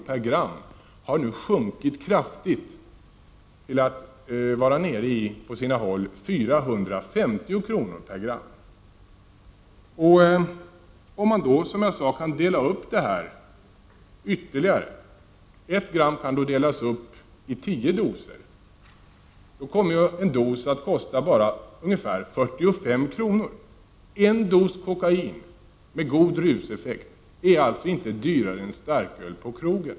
per gram har sjunkit kraftigt och nu på sina håll ligger på endast 450 kr. per gram. Om ett gram då delas upp i tio doser kommer en dos att kosta bara ungefär 45 kr. En dos kokain med god ruseffekt är alltså inte dyrare än en starköl på krogen.